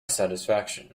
satisfaction